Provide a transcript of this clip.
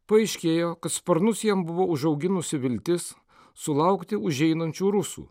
paaiškėjo kad sparnus jam buvo užauginusi viltis sulaukti užeinančių rusų